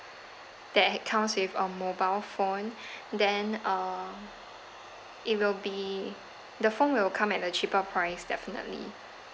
that comes with a mobile phone then uh it will be the phone will come at a cheaper price definitely